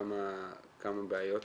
בחלופה השנייה יש כמה בעיות.